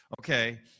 okay